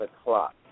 o'clock